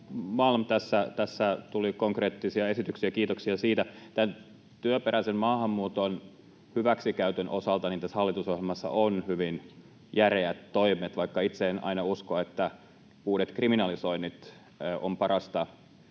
Malm, tässä tuli konkreettisia esityksiä, kiitoksia siitä. Tämän työperäisen maahanmuuton hyväksikäytön osalta tässä hallitusohjelmassa on hyvin järeät toimet. Vaikka itse en aina usko, että uudet kriminalisoinnit ovat parasta